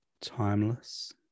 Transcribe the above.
timeless